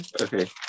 Okay